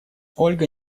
ольга